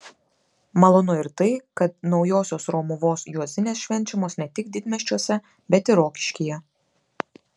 malonu ir tai kad naujosios romuvos juozinės švenčiamos ne tik didmiesčiuose bet ir rokiškyje